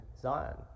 Zion